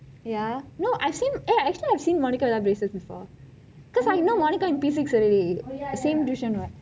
ya no I've seen eh actually I've seen monica without braces before because I know monica in P six already same tuition what